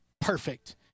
perfect